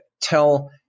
tell